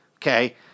Okay